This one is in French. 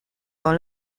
dans